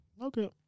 Okay